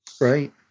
Right